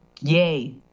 Yay